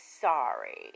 sorry